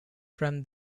from